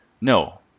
No